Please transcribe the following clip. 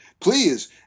please